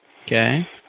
Okay